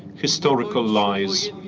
historical lies.